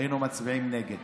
היו מצביעים נגד.